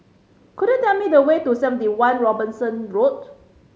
could you tell me the way to Seventy One Robinson Road